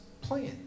plan